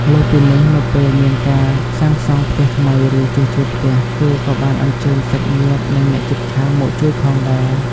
លើសពីនេះ នៅពេលមានការសាងសង់ផ្ទះថ្មី ឬជួសជុលផ្ទះ គេក៏បានអញ្ជើញសាច់ញាតិ និងអ្នកជិតខាងមកជួយផងដែរ។